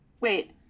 wait